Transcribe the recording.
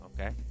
okay